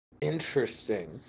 Interesting